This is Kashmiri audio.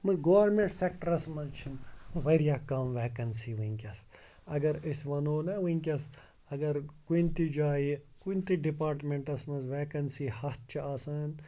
گورمٮ۪نٛٹ سٮ۪کٹَرَس منٛز چھِنہٕ واریاہ کَم وٮ۪کَنسی وٕنکٮ۪س اگر أسۍ وَنو نا وٕنکٮ۪س اگر کُنہِ تہِ جایہِ کُنہِ تہِ ڈِپارٹم۪نٹَس منٛز وٮ۪کَنسی ہَتھ چھِ آسان